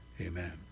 Amen